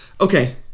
Okay